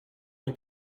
uns